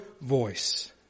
voice